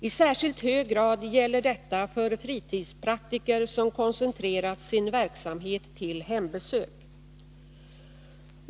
I särskilt hög grad gäller detta för fritidspraktiker som koncentrerat sin verksamhet till hembesök.